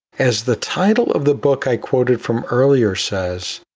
as the title of the book i quoted from earlier says,